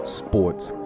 sports